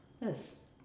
Yes